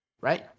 right